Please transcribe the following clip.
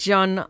John